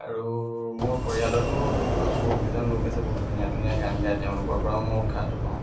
আৰু মোৰ পৰিয়ালতো বহুত কেইজন লোক আছে বহুত ধুনীয়া ধুনীয়া গান গায় তেওঁলোকৰ পৰাও মই উৎসাহটো পাওঁ